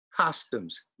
customs